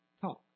talk